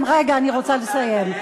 אני רוצה לסיים,